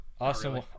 Awesome